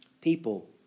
People